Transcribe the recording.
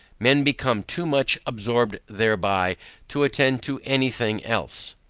men become too much absorbed thereby to attend to any thing else.